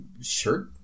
shirt